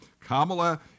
Kamala